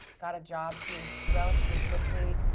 got a job you know relatively quickly.